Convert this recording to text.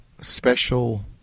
special